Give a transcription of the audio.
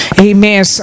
Amen